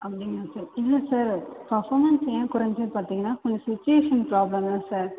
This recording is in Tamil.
அப்படிங்களா சார் இல்லை சார் பர்ஃபாமன்ஸ் ஏன் கொறைஞ்சிது பார்த்திங்கனா கொஞ்சம் சுச்சிவேஷன் ப்ராப்ளம் தான் சார்